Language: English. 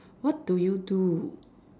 what do you do